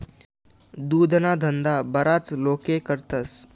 दुधना धंदा बराच लोके करतस